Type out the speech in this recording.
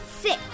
Six